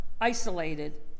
isolated